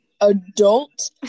adult